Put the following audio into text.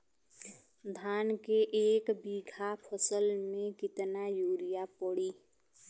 धान के एक बिघा फसल मे कितना यूरिया पड़ी?